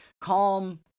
calm